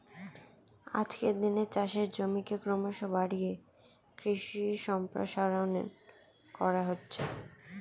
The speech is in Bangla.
আজকের দিনে চাষের জমিকে ক্রমশ বাড়িয়ে কৃষি সম্প্রসারণ করা হচ্ছে